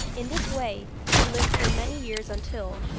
in this way he lived for many years until,